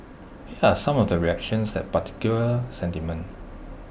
here are some of the reactions that particular sentiment